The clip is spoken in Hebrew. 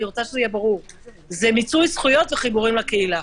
זה מיצוי זכויות וחיבורים לקהילה.